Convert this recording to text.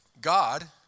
God